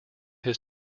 his